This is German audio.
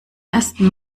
ersten